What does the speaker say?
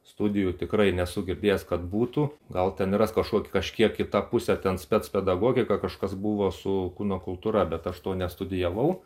studijų tikrai nesu girdėjęs kad būtų gal ten yra s kažkok kažkiek kita pusė ten spec pedagogika kažkas buvo su kūno kultūra bet aš to nestudijavau